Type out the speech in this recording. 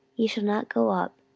ye shall not go up,